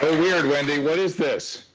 ah weird, wendy, what is this?